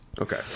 Okay